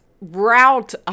route